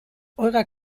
eurer